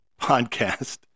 Podcast